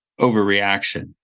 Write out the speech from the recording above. overreaction